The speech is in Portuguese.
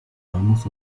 usamos